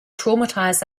traumatized